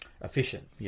efficient